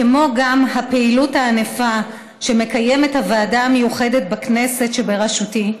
כמו גם הפעילות הענפה שמקיימת הוועדה המיוחדת שבראשותי בכנסת,